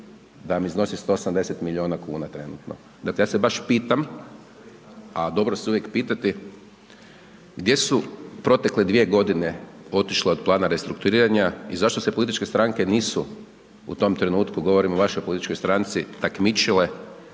da vam iznosi 180 milijuna kuna trenutno, dakle, ja se baš pitam, a dobro se je uvijek pitati gdje su protekle dvije godine otišle od plana restrukturiranja i zašto se političke stranke nisu u tom trenutku, govorimo o vašoj političkoj stranci, takmičile,